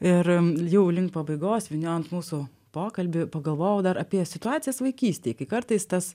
ir jau link pabaigos vyniojant mūsų pokalbį pagalvojau dar apie situacijas vaikystėj kai kartais tas